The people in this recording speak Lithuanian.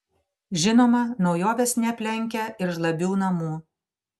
žinoma naujovės neaplenkia ir žlabių namų